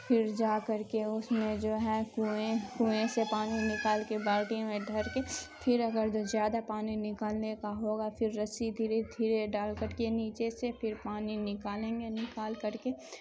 پھر جا کر کے اس میں جو ہے کنویں کنویں سے پانی نکال کے بالٹی میں دھر کے پھر اگر تو زیادہ پانی نکالنے کا ہوگا پھر رسی دھیرے دھیرے ڈال کر کے نیچے سے پھر پانی نکالیں گے نکال کر کے